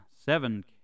seven